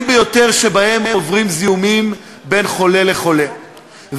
ביותר שבהן עוברים זיהומים מחולה לחולה,